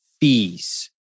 fees